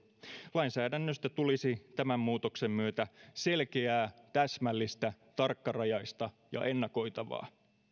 lainsäädännöstä tulisi tämän muutoksen myötä selkeää täsmällistä tarkkarajaista ja ennakoitavaa